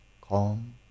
calm